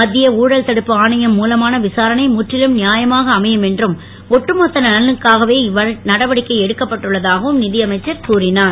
மத்திய ஊழல் தடுப்பு ஆணையம் மூலமான விசாரணை முற்றிலும் நியாயமாக அமையும் என்றும் ஒட்டுமொத்த நலனுக்காவே இந்நடவடிக்கை எடுக்கப் பட்டுள்ளதாகவும் நிதி அமைச்சர் கூறினார்